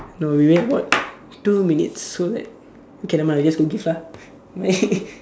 no we only got two minutes so that okay nevermind we just don't give lah